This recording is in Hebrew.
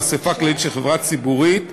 באספה הכללית של חברה ציבורית,